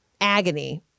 agony